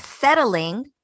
settling